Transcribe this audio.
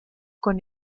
con